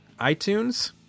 iTunes